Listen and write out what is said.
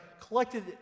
collected